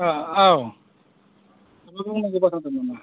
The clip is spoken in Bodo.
औ माबा बुंनांगौ बाथ्रा दं नामा